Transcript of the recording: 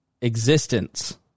existence